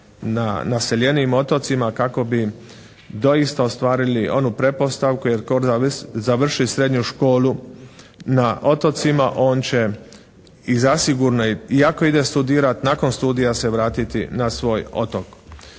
na naseljenijim otocima kako bi doista ostvarili onu pretpostavku jer tko završi srednju školu na otocima on će i zasigurno i ako ide studirati nakon studija se vratiti na svoj otok.